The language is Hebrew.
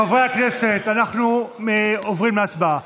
חברי הכנסת, אנחנו עוברים להצבעה.